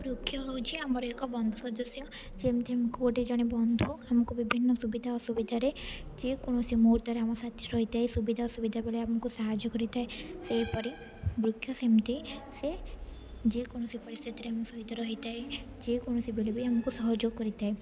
ବୃକ୍ଷ ହଉଛି ଆମର ଏକ ବନ୍ଧୁ ସଦସ୍ୟ ଯେମିତି ଆମକୁ ଗୋଟେ ଜଣେ ବନ୍ଧୁ ଆମକୁ ବିଭିନ୍ନ ସୁବିଧା ଅସୁବିଧାରେ ଯେକୌଣସି ମୁହୂର୍ତ୍ତରେ ଆମ ସାଥିରେ ରହିଥାଏ ସୁବିଧା ଅସୁବିଧା ବେଳେ ଆମକୁ ସାହାଯ୍ୟ କରିଥାଏ ସେହିପରି ବୃକ୍ଷ ସେମିତି ସେ ଯେକୌଣସି ପରିସ୍ଥିତିରେ ଆମ ସହିତ ରହିଥାଏ ଯେକୌଣସି ଭଳି ବି ଆମକୁ ସହଯୋଗ କରିଥାଏ